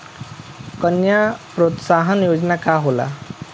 कन्या प्रोत्साहन योजना का होला?